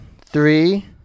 Three